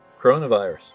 coronavirus